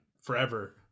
forever